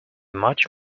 much